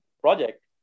project